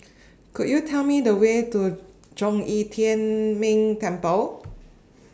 Could YOU Tell Me The Way to Zhong Yi Tian Ming Temple